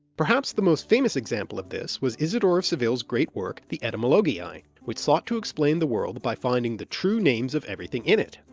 perhaps the most famous example of this was isidore of seville's great work, the etymologiae, which sought to explain the world by finding the true names of everything in it.